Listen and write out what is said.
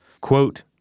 Quote